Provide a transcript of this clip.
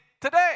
today